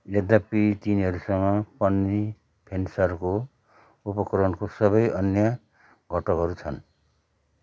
यद्यपि तिनीहरूसँग पन्नी फेन्सरको उपकरणको सबै अन्य घटकहरू छन्